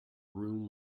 room